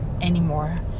anymore